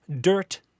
Dirt